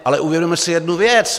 Ale uvědomme si jednu věc.